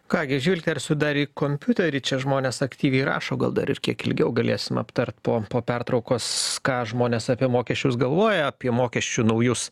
ką gi žvilgtersiu dar į kompiuterį čia žmonės aktyviai rašo gal dar ir kiek ilgiau galėsim aptart po po pertraukos ką žmonės apie mokesčius galvoja apie mokesčių naujus